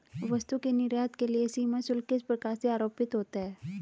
वस्तु के निर्यात के लिए सीमा शुल्क किस प्रकार से आरोपित होता है?